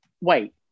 Wait